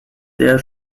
sehr